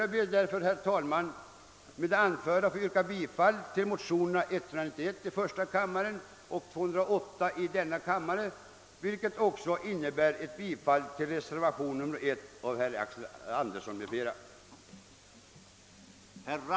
Jag ber, herr talman, med det anförda få yrka bifall till motionerna I:191 och II: 208, vilket också innebär ett bifall till reservationen 1 av herr Axel Andersson m.fl.